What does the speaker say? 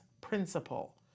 principle